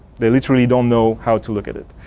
they literally don't know how to look at it.